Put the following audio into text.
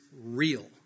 real